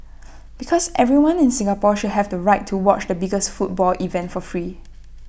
because everyone in Singapore should have the right to watch the biggest football event for free